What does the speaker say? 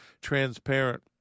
transparent